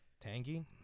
Tangy